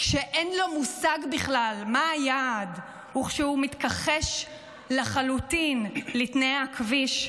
כשאין לו מושג בכלל מה היעד וכשהוא מתכחש לחלוטין לתנאי הכביש,